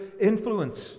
influence